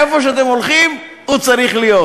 איפה שאתם הולכים שם הוא צריך להיות.